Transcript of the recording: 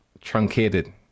truncated